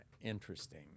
interesting